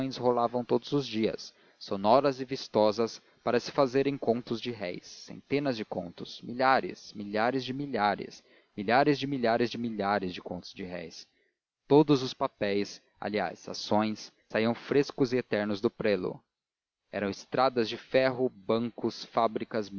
rolavam todos os dias sonoras e vistosas para se fazerem contos de réis centenas de contos milhares milhares de milhares milhares de milhares de milhares de contos de réis todos os papéis aliás ações saíam frescos e eternos do prelo eram estradas de ferro bancos fábricas